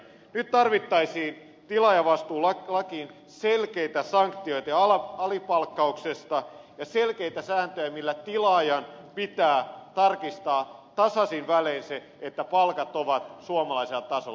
nyt tarvittaisiin tilaajavastuulakiin selkeitä sanktioita alipalkkauksesta ja selkeitä sääntöjä että tilaajan pitää tarkistaa tasaisin välein se että palkat ovat suomalaisella tasolla